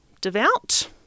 devout